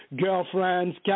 girlfriends